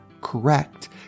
correct